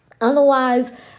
Otherwise